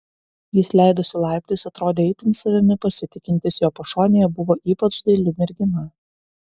jis leidosi laiptais atrodė itin savimi pasitikintis jo pašonėje buvo ypač daili mergina